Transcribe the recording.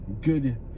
good